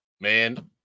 Man